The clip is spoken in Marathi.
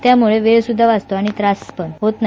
त्यामुळे वेळसुद्धा वाचतो आणि त्रासपण होत नाही